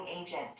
agent